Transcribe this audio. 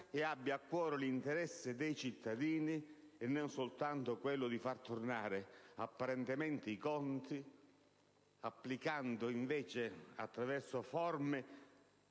che abbia a cuore l'interesse dei cittadini, e non soltanto quello di far tornare apparentemente i conti, applicando attraverso forme